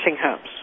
homes